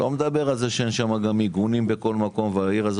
ואני לא מדבר על זה שאין מיגון בכל מקום,